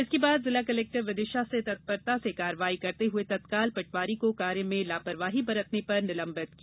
इसके बाद जिला कलेक्टर विदिशा ने तत्परता से कार्यवाही करते हुए तत्काल पटवारी को कार्य में लापरवाही बरतने पर निलंबित किया